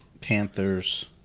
Panthers